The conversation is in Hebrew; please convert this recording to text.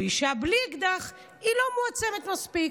ואישה בלי אקדח היא לא מועצמת מספיק.